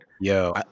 yo